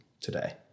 today